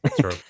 true